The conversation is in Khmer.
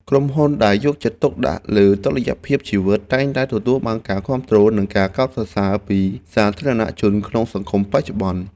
ក្រុមហ៊ុនដែលយកចិត្តទុកដាក់លើតុល្យភាពជីវិតតែងតែទទួលបានការគាំទ្រ និងការកោតសរសើរពីសាធារណជនក្នុងសង្គមបច្ចុប្បន្ន។